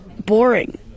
boring